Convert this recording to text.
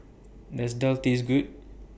Does Daal Taste Good